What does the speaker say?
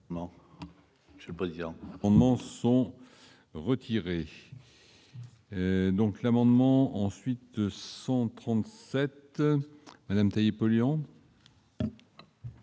monsieur le président.